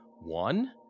one